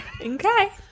Okay